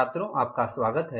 छात्रों का स्वागत हैं